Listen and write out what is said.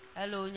Hello